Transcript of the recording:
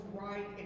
right